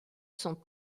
son